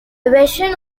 version